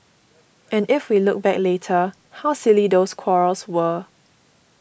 and if we look back later how silly those quarrels were